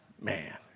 Man